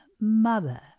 mother